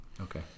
Okay